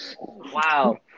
Wow